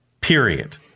Period